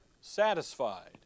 Satisfied